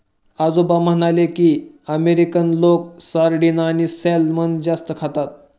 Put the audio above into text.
आजोबा म्हणाले की, अमेरिकन लोक सार्डिन आणि सॅल्मन जास्त खातात